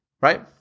right